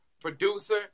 producer